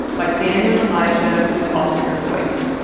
like daniel and alijah, we've altered her voice.